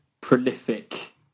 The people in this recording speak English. prolific